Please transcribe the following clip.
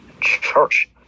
Church